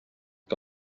que